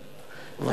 בבקשה.